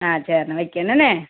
ஆ சரிண்ணே வக்கி என்னண்ணே